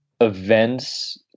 events